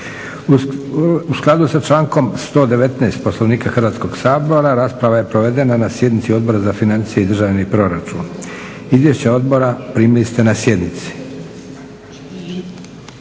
U skladu sa člankom 119. Poslovnika Hrvatskog sabora rasprava je provedena na sjednici Odbora za financije i državni proračun. Izvješće odbora primili ste na sjednici.